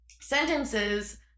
sentences